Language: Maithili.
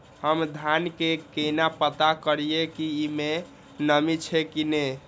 हम धान के केना पता करिए की ई में नमी छे की ने?